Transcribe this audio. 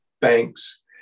banks